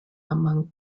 among